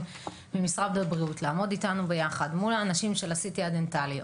ממשרד הבריאות לעמוד איתנו ביחד מול האנשים של ה-CT הדנטלי,